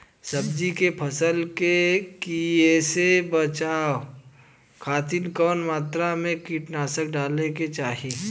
सब्जी के फसल के कियेसे बचाव खातिन कवन मात्रा में कीटनाशक डाले के चाही?